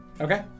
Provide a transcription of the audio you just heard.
Okay